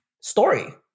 story